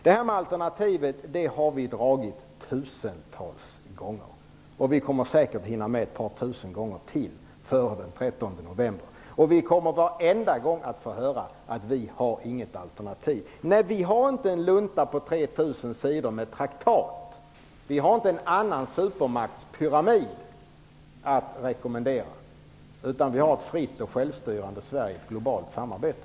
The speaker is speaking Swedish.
Detta alternativ har vi redogjort för tusentals gånger, och vi kommer säkert att hinna med ett par tusen gånger till innan den 13 november. Vi kommer varenda gång att få höra att vi inte har något alternativ. Vi har inte någon lunta på 3 000 sidor med traktat. Vi har inte en annan supermaktspyramid att rekommendera, utan vi har ett fritt och självstyrande